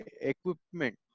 equipment